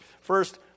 First